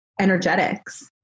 energetics